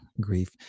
grief